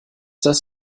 das